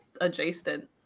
adjacent